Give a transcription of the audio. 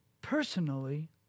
personally